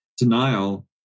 denial